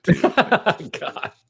God